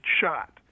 shot